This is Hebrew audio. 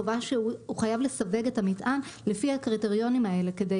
הוא חייב לסווג את המתקן לפי הקריטריונים האלה כדי